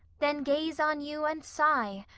then gaze on you and sigh.